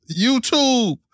YouTube